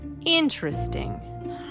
Interesting